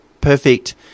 perfect